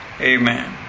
Amen